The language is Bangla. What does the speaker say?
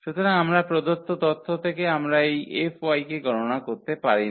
সুতরাং আমরা প্রদত্ত তথ্য থেকে আমরা এই 𝐹 কে গণনা করতে পারি না